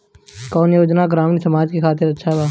कौन योजना ग्रामीण समाज के खातिर अच्छा बा?